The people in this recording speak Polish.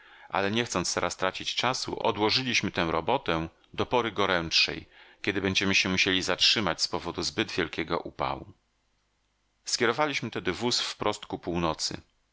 ale nie chcąc teraz tracić czasu odłożyliśmy tę robotę do pory gorętszej kiedy będziemy się musieli zatrzymać z powodu zbyt wielkiego upału skierowaliśmy tedy wóz wprost ku północy